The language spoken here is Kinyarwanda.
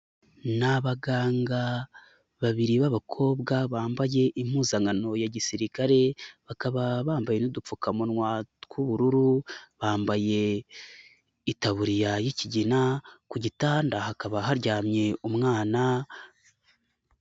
Ni abaganga babiri b'abakobwa bambaye impuzankano ya gisirikare bakaba bambaye n'udupfukamunwa tw'ubururu, bambaye itaburiya y'ikigina, ku gitanda hakaba haryamye umwana.